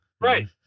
right